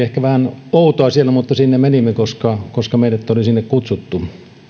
ehkä vähän outoa mutta sinne menimme koska koska meidät oli sinne kutsuttu